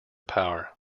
power